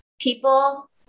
People